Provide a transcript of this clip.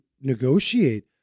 negotiate